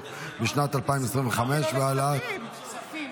בשנת 2025 והעלאת דמי ביטוח לאומי) --- ועדת הכספים.